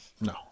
No